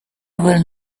will